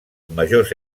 majors